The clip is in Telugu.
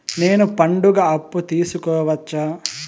నేను పండుగ అప్పు తీసుకోవచ్చా?